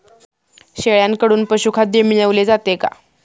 शेळ्यांकडून पशुखाद्य मिळवले जाते का?